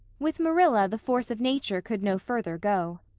with marilla the force of nature could no further go.